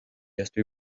estoy